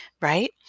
right